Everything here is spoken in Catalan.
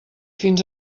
fins